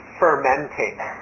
fermenting